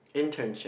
internship